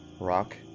Rock